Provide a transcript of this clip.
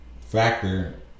Factor